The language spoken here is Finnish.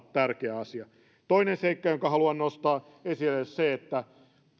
tärkeä asia toinen seikka jonka haluan nostaa esille on se että